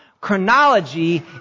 Chronology